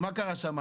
ומה קרה אז?